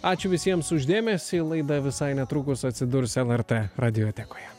ačiū visiems už dėmesį laida visai netrukus atsidurs lrt radiotekoje